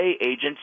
agents